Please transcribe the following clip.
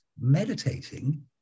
meditating